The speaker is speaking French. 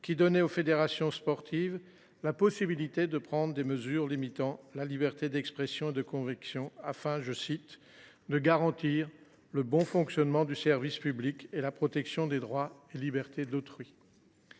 qui donne aux fédérations sportives la possibilité de prendre des mesures limitant la liberté d’expression et de conviction afin de garantir « le bon fonctionnement du service public [et] la protection des droits et libertés d’autrui ».